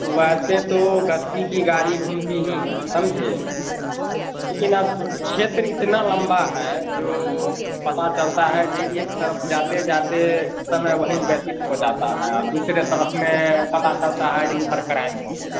वैसे तो बस्ती की गाड़ी घूमती ही है समझे लेकिन अब क्षेत्र इतना लंबा है जो पता चलता है जे एक तरफ जाते जाते समय वहीं व्यतीत हो जाता है दूसरे तरफ में पता चलता है कि उधर क्राइम हो गया